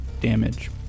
damage